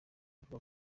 avuga